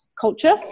culture